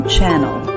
Channel